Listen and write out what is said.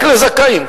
רק לזכאים,